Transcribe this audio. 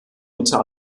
unter